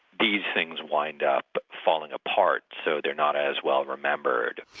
these things wind up falling apart so they're not as well remembered.